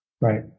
Right